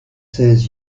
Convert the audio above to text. ses